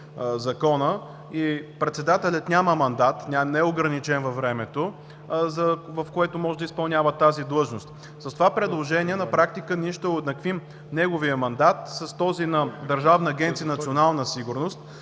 Закона и председателят няма мандат, не е ограничен във времето, в което може да изпълнява тази длъжност. С това предложение на практика ние ще уеднаквим неговия мандат с този на Държавна агенция „Национална сигурност“,